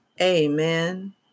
amen